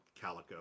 Calico